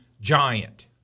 giant